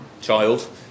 child